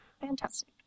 Fantastic